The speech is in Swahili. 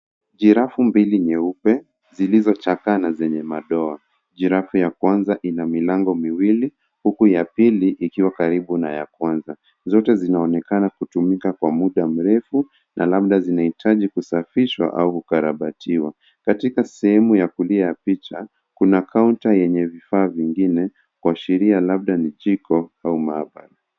Jirafu mbili nyeupe zilizochakaa na zenye madoa. Jirafu ya kwanza ina milango miwili huku ya pili ikiwa karibu na ya kwanza. Zote zinaonekana kutumika kwa muda mrefu na labda zinahitaji kusafishwa au kukarabatiwa. Katika sehemu ya kulia ya picha kuna kaunti yenye vifaa vingine kuashiria labda ni jiko au maabara.